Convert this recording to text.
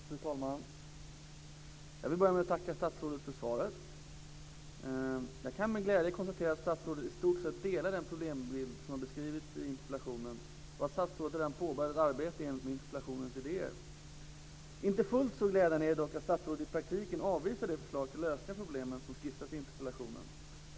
Fru talman! Jag vill börja med att tacka statsrådet för svaret. Jag kan med glädje konstatera att statsrådet i stort sett delar den problembild som har beskrivits i interpellationen och att statsrådet redan har påbörjat ett arbete i enlighet med interpellationens idéer. Inte fullt så glädjande är det dock att statsrådet i praktiken avvisar de förslag till lösningar på problemen som skissas i interpellationen.